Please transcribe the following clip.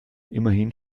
immerhin